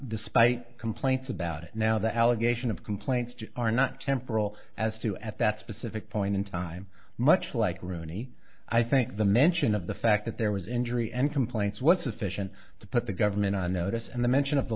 despite complaints about it now the allegation of complaints are not temporal as to at that specific point in time much like rooney i think the mention of the fact that there was injury and complaints what sufficient to put the government on notice and the mention of